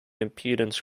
impedance